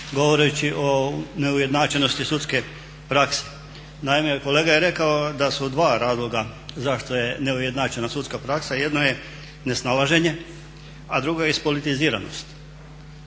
govoreći o neujednačenosti sudske prakse. Naime, kolega je rekao da su dva razloga zašto je neujednačena sudska praksa, jedno je nesnalaženje a drugo je ispolitiziranost.